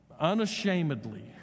unashamedly